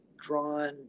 drawn